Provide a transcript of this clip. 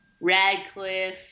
Radcliffe